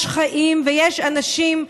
יש חיים ויש אנשים,